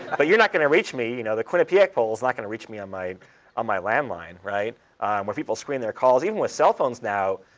but you're not going to reach me, you know the quinnipiac poll's not going to reach me on my on my land line, where people screen their calls. even with cell phones now,